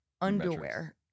Underwear